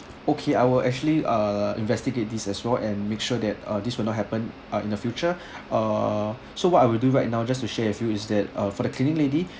okay I will actually uh investigate this as well and make sure that uh this will not happen ah in the future uh so what I will do right now just to share with you is that uh for the cleaning lady